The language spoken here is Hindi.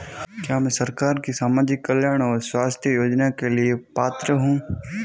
क्या मैं सरकार के सामाजिक कल्याण और स्वास्थ्य योजना के लिए पात्र हूं?